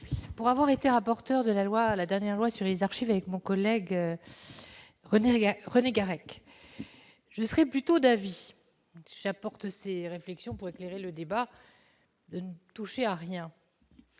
pour avoir été rapporteur de la loi à la dernière loi sur les archives avec mon collègue renégat, René Garrec, je serais plutôt d'avis, j'apporte ses réflexions pour éclairer le débat ne touchez à rien